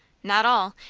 not all.